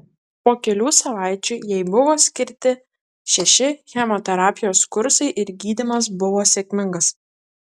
po kelių savaičių jai buvo skirti šeši chemoterapijos kursai ir gydymas buvo sėkmingas